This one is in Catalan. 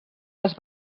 les